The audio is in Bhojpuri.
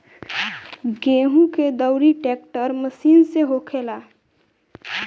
गेहूं के दउरी ट्रेक्टर मशीन से होखेला